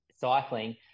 cycling